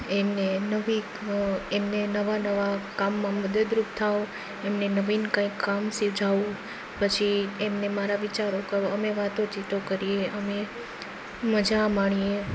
એમને એમનું વીક એમને નવા નવા કામમાં મદદરૂપ થાઉં એમને નવીન કંઈ કામ સિજાઉં પછી એમને મારા વિચારો કહુ અમે વાતો ચીતો કરીએ અને મજા માણીએ